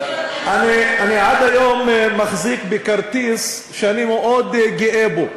אני עד היום מחזיק בכרטיס שאני מאוד גאה בו.